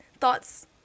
thoughts